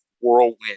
whirlwind